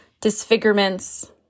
disfigurements